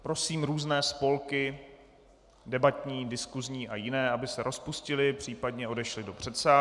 Prosím různé spolky debatní, diskusní a jiné, aby se rozpustily, případně odešly do předsálí.